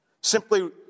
simply